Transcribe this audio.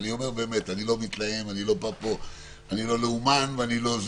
אני לא מתלהם ואני לא לאומן .